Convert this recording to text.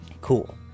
cool